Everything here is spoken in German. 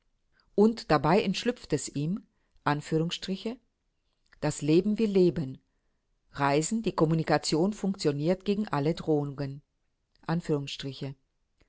und dabei entschlüpft es ihm das leben will leben reisen die kommunikation funktioniert gegen alle drohungen